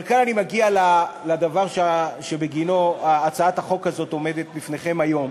אבל כאן אני מגיע לדבר שבגינו הצעת החוק הזאת עומדת בפניכם היום,